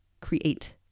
create